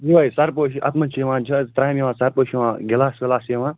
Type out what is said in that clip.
یِہوے سرپوشٕے اَتھ منٛز چھِ یِوان چھِ حظ تَرٛامہِ یِوان سرپوش یِوان گِلاس وِلاس یِوان